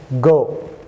go